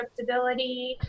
Scriptability